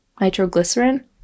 nitroglycerin